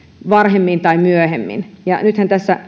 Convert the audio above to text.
varhemmin tai myöhemmin nythän tässä